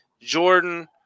Jordan